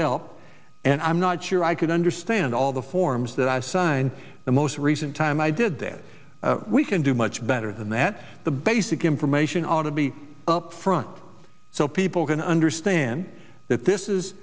help and i'm not sure i can understand all the forms that i signed the most recent time i did this we can do much better than that the basic information ought to be up front so people can understand that this is